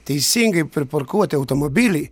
teisingai priparkuoti automobilį